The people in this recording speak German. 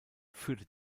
führte